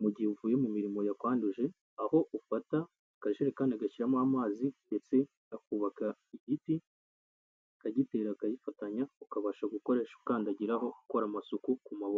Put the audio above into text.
mu gihe uvuye mu mirimo yakwanduje, aho ufata akajerikani ugashyiramo amazi ndetse akubaka igiti akagitera akagifatanya, ukabasha gukoresha ukandagiraho ukora amasuku ku maboko.